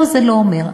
לא, זה לא אומר.